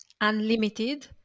unlimited